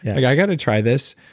i got to try this.